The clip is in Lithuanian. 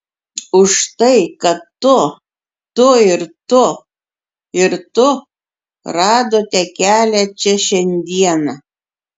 už tai kad tu tu ir tu ir tu radote kelią čia šiandieną